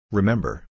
Remember